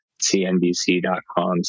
cnbc.com